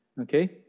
Okay